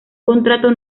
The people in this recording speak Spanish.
contrato